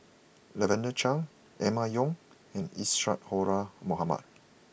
Lavender Chang Emma Yong and Isadhora Mohamed